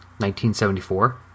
1974